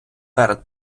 перед